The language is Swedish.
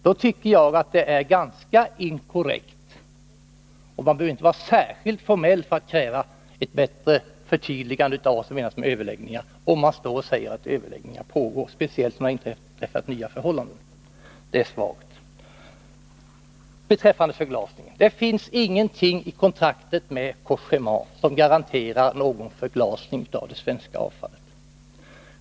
Detta tycker jag är ganska inkorrekt, och man behöver inte vara särskilt formell för att kräva ett förtydligande av vad som menas med överläggningar, om statsrådet under dessa förhållanden säger att ”överläggningar pågår”, speciellt som det inträtt nya förhållanden. Beträffande förglasningen vill jag säga: Det finns ingenting i kontraktet med Cogéma som garanterar någon förglasning av det svenska avfallet.